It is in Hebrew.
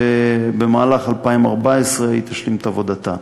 ובמהלך 2014 היא תשלים את עבודתה.